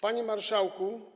Panie Marszałku!